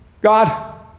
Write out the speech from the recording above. God